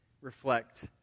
reflect